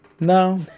no